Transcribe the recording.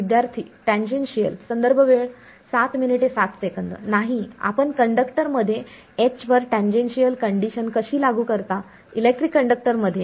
विद्यार्थी टेंजेन्शिअल नाही आपण कंडक्टरमध्ये H वर टेंजेन्शिअल कंडिशन कशी लागू करता इलेक्ट्रिक कंडक्टर मध्ये